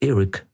Eric